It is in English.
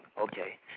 Okay